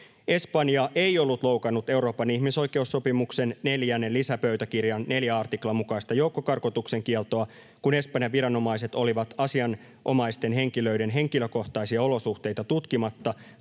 ”Espanja ei ollut loukannut Euroopan ihmisoikeussopimuksen 4. lisäpöytäkirjan 4 artiklan mukaista joukkokarkotuksen kieltoa, kun Espanjan viranomaiset olivat asianomaisten henkilöiden henkilökohtaisia olosuhteita tutkimatta